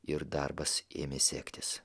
ir darbas ėmė sektis